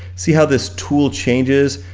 see how this tool changes?